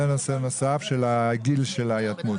זה נושא נוסף, הגיל של היתמות.